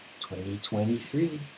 2023